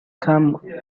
come